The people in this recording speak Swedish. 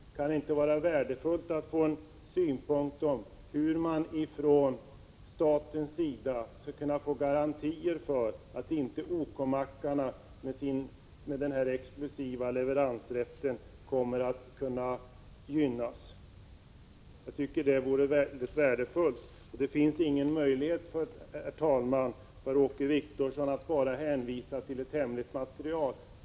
Är det inte värdefullt att få synpunkter på hur man från statens sida skall kunna få garantier för att OK-mackarna genom den här exklusiva leveransrätten inte kommer att gynnas? Sådana synpunkter vore väldigt värdefulla. Det går inte, Åke Wictorsson, att bara hänvisa till ett hemligt material.